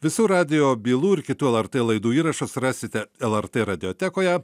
visų radijo bylų ir kitų lrt laidų įrašus rasite lrt radijotekoje